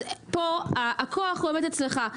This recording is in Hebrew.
אז הכוח עומד אצלך.